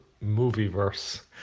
movie-verse